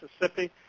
Mississippi